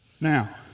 Now